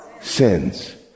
Sins